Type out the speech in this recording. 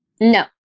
No